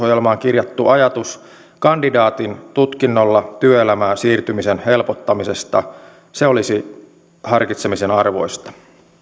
hallitusohjelmaan kirjattu ajatus kandidaatin tutkinnolla työelämään siirtymisen helpottamisesta olisi harkitsemisen arvoinen